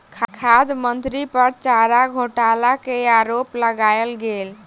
खाद्य मंत्री पर चारा घोटाला के आरोप लगायल गेल